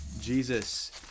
Jesus